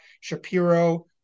Shapiro